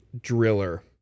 Driller